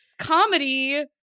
comedy